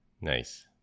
Nice